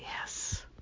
Yes